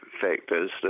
factors